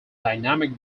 dynamic